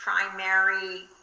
primary